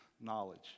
knowledge